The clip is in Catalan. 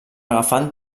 agafant